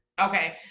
Okay